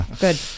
Good